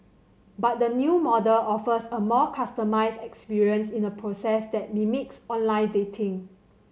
but the new model offers a more customised experience in a process that mimics online dating